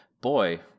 boy